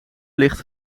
ligt